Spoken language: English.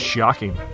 Shocking